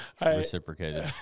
reciprocated